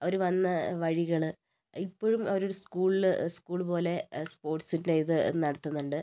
അവർ വന്ന വഴികൾ ഇപ്പോഴും അവർ ഒരു സ്കൂളിൽ സ്കൂൾ പോലെ സ്പോർട്സിന്റെ ഇത് നടത്തുന്നുണ്ട്